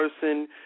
person